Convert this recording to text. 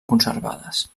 conservades